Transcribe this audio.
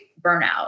burnout